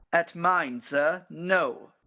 at mine, sir! no.